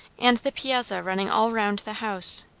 and the piazza running all round the house,